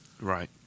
Right